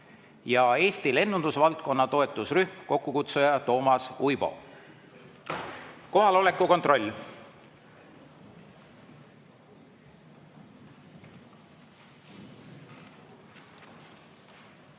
Eesti lennundusvaldkonna toetusrühm, kokkukutsuja Toomas Uibo. Kohaloleku kontroll.